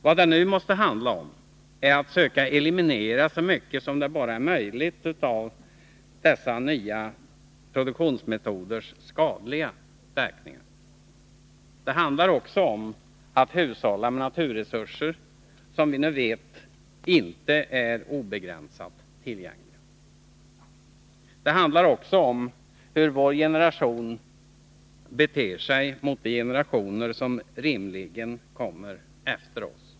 Vad det nu måste handla om är att söka eliminera så mycket som det bara är möjligt av dessa nya produktionsmetoders skadliga verkningar. Det handlar vidare om att hushålla med naturresurser som vi nu vet inte är obegränsat tillgängliga. Det handlar också om hur vår generation beter sig mot de generationer som rimligen kommer efter oss.